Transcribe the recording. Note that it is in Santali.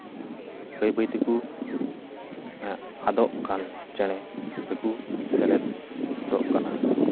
ᱵᱟᱹᱭ ᱵᱟᱹᱭ ᱛᱮᱠᱚ ᱟᱫᱚᱜ ᱠᱟᱱ ᱪᱮᱬᱮ ᱨᱮᱠᱚ ᱥᱮᱞᱮᱫᱚᱜ ᱠᱟᱱᱟ